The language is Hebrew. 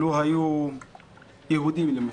לו היו יהודים למשל,